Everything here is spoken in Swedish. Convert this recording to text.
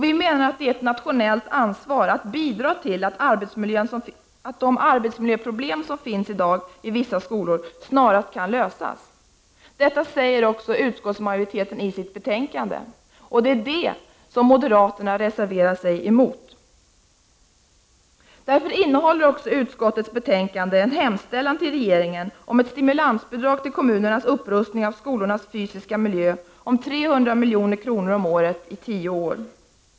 Vi menar att det är ett nationellt ansvar att bidra till att de arbetsmiljöproblem som i dag finns i vissa skolor snarast kan lösas. Detta säger också utskottsmajoriteten i betänkandet. Det är det som moderaterna reserverar sig mot. Därför innehåller utskottets betänkande en hemställan till regeringen om ett stimulansbidrag till kommunernas upprustning av skolornas fysiska miljö om 300 milj.kr. om året i tio år.